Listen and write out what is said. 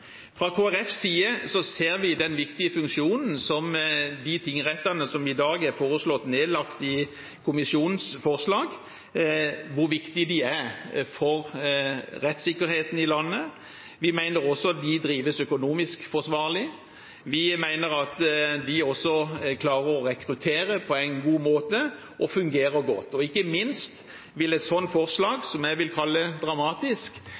Fra Kristelig Folkepartis side ser vi den viktige funksjonen som de tingrettene som i dag er foreslått nedlagt i kommisjonens forslag, har for rettssikkerheten i landet. Vi mener også at de drives økonomisk forsvarlig. Vi mener at de også klarer å rekruttere på en god måte og fungerer godt. Ikke minst vil et sånt forslag, som jeg vil kalle dramatisk,